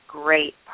great